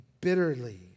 bitterly